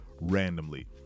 randomly